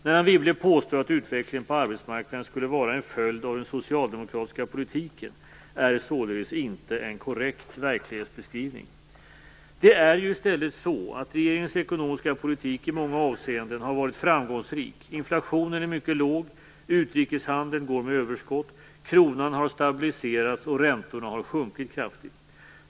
När Anne Wibble påstår att utvecklingen på arbetsmarknaden skulle vara en följd av den socialdemokratiska politiken är det således inte en korrekt verklighetsbeskrivning. Det är i stället så att regeringens ekonomiska politik i många avseenden har varit framgångsrik; inflationen är mycket låg, utrikeshandeln går med överskott, kronan har stabiliserats och räntorna har sjunkit kraftigt.